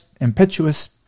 impetuous